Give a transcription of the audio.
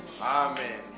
Amen